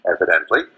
evidently